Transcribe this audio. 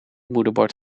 moederbord